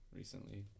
recently